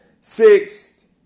Sixth